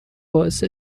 باعث